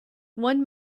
one